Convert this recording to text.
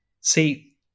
See